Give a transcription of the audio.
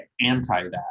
anti-that